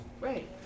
Right